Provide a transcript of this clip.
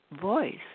voice